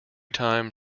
time